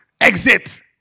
exit